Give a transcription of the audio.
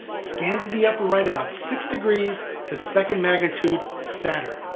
scan to the upper right about six degrees to second magnitude sadr.